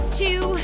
two